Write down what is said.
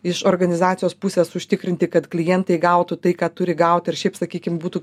iš organizacijos pusės užtikrinti kad klientai gautų tai ką turi gaut ir šiaip sakykim būtų